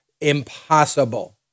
Impossible